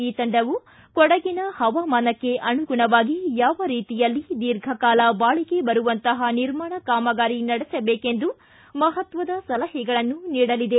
ಈ ತಂಡವು ಕೊಡಗಿನ ಪವಾಮಾನಕ್ಕೆ ಅನುಗುಣವಾಗಿ ಯಾವ ರೀತಿಯಲ್ಲಿ ದೀರ್ಘ ಕಾಲ ಬಾಳಿಕೆ ಬರುವಂತಹ ನಿರ್ಮಾಣ ಕಾಮಗಾರಿ ನಡೆಸಬೇಕೆಂದು ಮಹತ್ವದ ಸಲಹೆಗಳನ್ನು ನೀಡಲಿದೆ